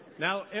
Now